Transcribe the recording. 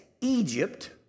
Egypt